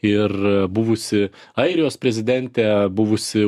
ir buvusi airijos prezidentė buvusi